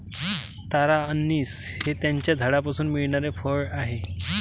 तारा अंनिस हे त्याच्या झाडापासून मिळणारे फळ आहे